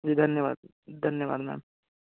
जी धन्यवाद धन्यवाद मैम